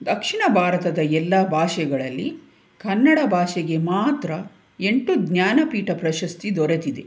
ದಕ್ಷಿಣ ಭಾರತದ ಎಲ್ಲ ಭಾಷೆಗಳಲ್ಲಿ ಕನ್ನಡ ಭಾಷೆಗೆ ಮಾತ್ರ ಎಂಟು ಜ್ಞಾನಪೀಠ ಪ್ರಶಸ್ತಿ ದೊರೆತಿದೆ